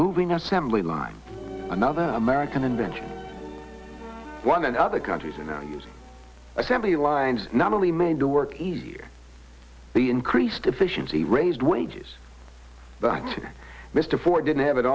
moving assembly line another american invention one and other countries in the news assembly line not only made the work easier the increased efficiency raised wages but mr ford didn't have it